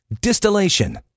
Distillation